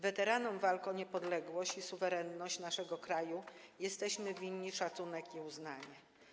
Weteranom walk o niepodległość i suwerenność naszego kraju jesteśmy winni szacunek i uznanie.